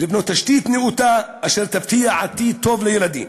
ולבנות תשתית נאותה אשר תבטיח עתיד טוב לילדים.